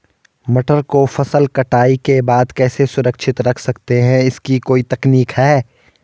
मटर को फसल कटाई के बाद कैसे सुरक्षित रख सकते हैं इसकी कोई तकनीक है?